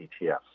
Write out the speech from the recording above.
ETFs